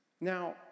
Now